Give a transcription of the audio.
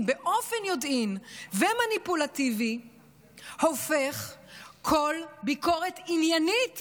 ובאופן מניפולטיבי הופך כל ביקורת עניינית